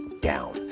down